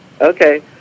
Okay